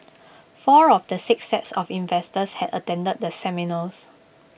four of the six sets of investors had attended the seminars